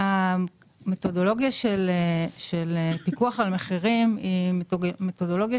המתודולוגיה של פיקוח על המחירים היא מתודולוגיה